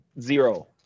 zero